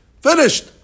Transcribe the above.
finished